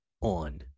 on